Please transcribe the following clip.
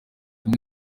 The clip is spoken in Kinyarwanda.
imwe